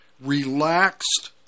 relaxed